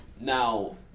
Now